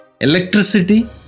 Electricity